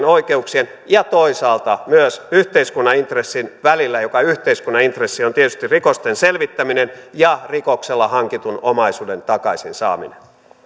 oikeuksien ja toisaalta yhteiskunnan intressin välillä joka yhteiskunnan intressi on tietysti rikosten selvittäminen ja rikoksella hankitun omaisuuden takaisin saaminen